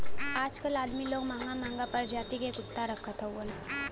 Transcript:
आजकल अदमी लोग महंगा महंगा परजाति क कुत्ता रखत हउवन